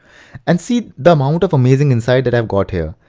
and see the amount of amazing insights i've got here.